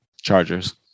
Chargers